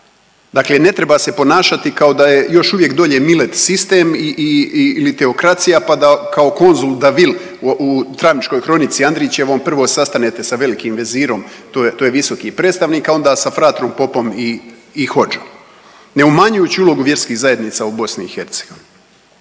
Dakle ne treba se ponašati kao da je još uvijek dolje milet sistem ili teokracija pa da kao konzul Daville u Travničkoj hronici Andrićevom prvo sastanete sa velikim vezirom, to je visoki predstavnik, a onda sa fratrom, popom i hodžom, ne umanjujući ulogu vjerskih zajednica u BiH.